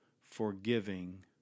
forgiving